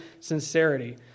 sincerity